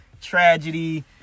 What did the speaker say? tragedy